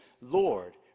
Lord